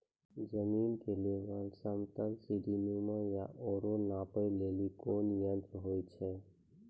जमीन के लेवल समतल सीढी नुमा या औरो नापै लेली कोन यंत्र होय छै?